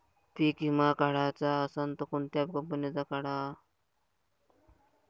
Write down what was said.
पीक विमा काढाचा असन त कोनत्या कंपनीचा काढाव?